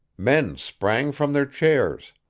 men sprang from their chairs.